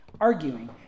arguing